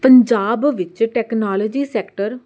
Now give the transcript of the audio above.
ਪੰਜਾਬ ਵਿੱਚ technology sector